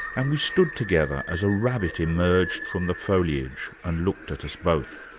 and we stood together, as a rabbit emerged from the foliage and looked at us both.